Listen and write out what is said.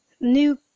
new